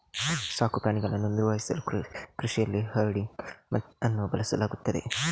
ಸಾಕು ಪ್ರಾಣಿಗಳನ್ನು ನಿರ್ವಹಿಸಲು ಕೃಷಿಯಲ್ಲಿ ಹರ್ಡಿಂಗ್ ಅನ್ನು ಬಳಸಲಾಗುತ್ತದೆ